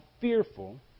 fearful